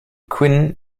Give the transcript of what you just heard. quinn